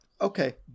Okay